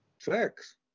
sex